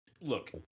Look